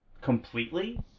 Completely